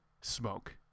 smoke